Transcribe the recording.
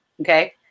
Okay